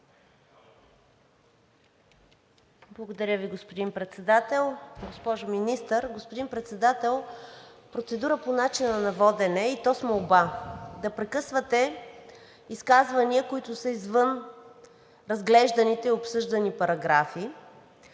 Благодаря Ви, господин Председател. Госпожо Министър, господин Председател, процедура по начина на водене, и то с молба – да прекъсвате изказвания, които са извън разглежданите и обсъжданите параграфи,